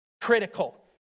Critical